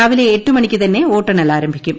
രാവിലെ എട്ട് മണിക്ക് തന്നെ വോട്ടെണ്ണൽ ആരംഭിക്കും